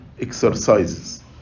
exercises